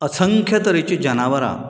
असंख्य तरेचीं जनावरां